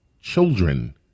children